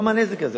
למה הנזק הזה?